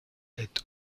est